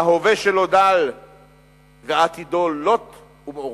ההווה שלו דל ועתידו לוט ומעורפל.